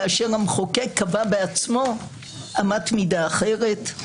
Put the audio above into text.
כאשר המחוקק קבע בעצמו אמת מידה אחרת,